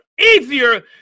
easier